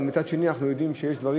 אבל מצד שני אנחנו יודעים שדברים